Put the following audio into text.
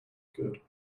could